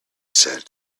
said